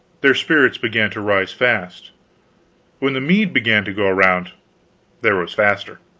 their spirits began to rise fast when the mead began to go round they rose faster.